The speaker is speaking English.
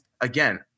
again